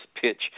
pitch